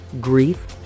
grief